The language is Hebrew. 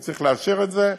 הוא צריך לאשר את זה,